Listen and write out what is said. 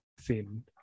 thin